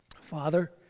Father